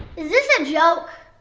is this a joke?